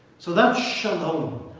so that shalom,